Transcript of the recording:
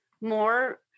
more